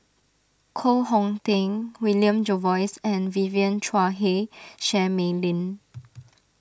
Koh Hong Teng William Jervois and Vivien Quahe Seah Mei Lin